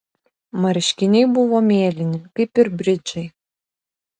marškiniai buvo mėlyni kaip ir bridžai